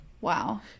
wow